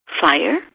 Fire